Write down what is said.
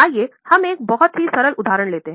आइए हम एक बहुत ही सरल उदाहरण लेते हैं